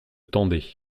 tendaient